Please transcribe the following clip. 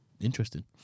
Interesting